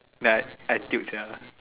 then I I tilt sia